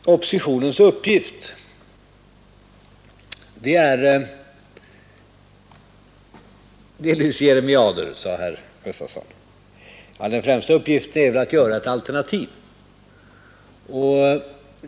2 december 1971 Herr Gustafson sade att oppositionens uppgift delvis är ät komma —— med jeremiader. Dess främsta uppgift är väl att framlägga ett alternativ. — Ang.